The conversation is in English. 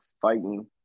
fighting